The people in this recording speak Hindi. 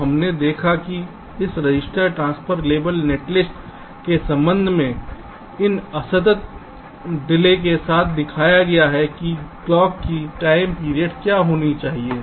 तो हमने देखा है कि इस रजिस्टर ट्रांसफर लेवल नेटलिस्ट के संबंध में इन असतत डिले के साथ दिखाया गया है कि क्लॉक की टाइम पीरियड क्या होनी चाहिए